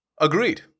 agreed